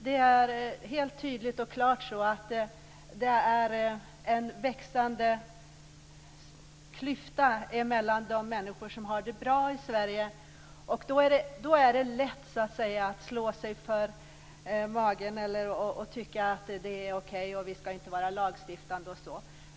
Det är helt tydligt och klart så att det är en växande klyfta mellan de människor som har det bra i Sverige och de som inte har det. Det är då lätt att slå sig för bröstet och tycka att det är okej, att vi inte ska vara lagstiftande osv.